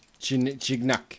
Chignac